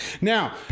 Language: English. Now